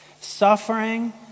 Suffering